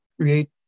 create